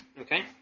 Okay